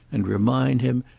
and remind him,